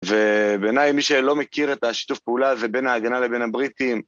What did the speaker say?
ובעיניי מי שלא מכיר את השיתוף פעולה הזה בין ההגנה לבין הבריטים